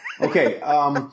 Okay